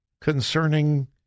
concerning